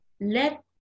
let